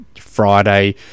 Friday